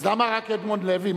אז למה רק אדמונד לוי?